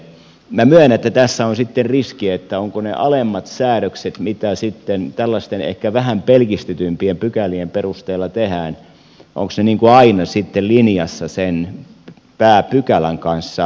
minä myönnän että tässä on sitten riski ovatko ne alemmat säädökset mitä tällaisten ehkä vähän pelkistetympien pykälien perusteella tehdään aina sitten linjassa sen pääpykälän kanssa